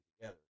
together